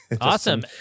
Awesome